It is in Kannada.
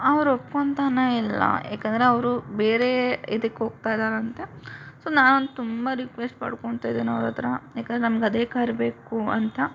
ಅವ್ರು ಒಪ್ಪ್ಕೊತನೇ ಇಲ್ಲ ಯಾಕೆಂದರೆ ಅವರು ಬೇರೆ ಇದ್ಕೆ ಹೋಗ್ತಾ ಇದ್ದಾರಂತೆ ಸೊ ನಾನು ತುಂಬ ರಿಕ್ವೆಸ್ಟ್ ಮಾಡ್ಕೊತಾ ಇದೀನಿ ಅವ್ರ ಹತ್ರ ಯಾಕಂದ್ರೆ ನಮ್ಗೆ ಅದೇ ಕಾರ್ ಬೇಕು ಅಂತ